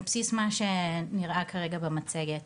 על בסיס מה שנראה כרגע במצגת